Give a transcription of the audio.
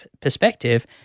perspective